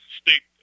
state